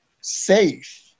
safe